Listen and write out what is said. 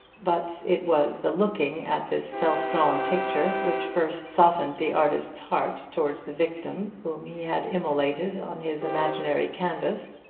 but it was the looking at this self-drawn picture which first softened the artist's heart towards the victim whom he had immolated on his imaginary canvas.